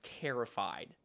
terrified